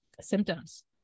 symptoms